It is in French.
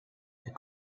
est